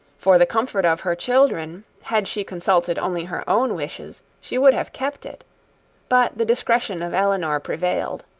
for the comfort of her children, had she consulted only her own wishes, she would have kept it but the discretion of elinor prevailed.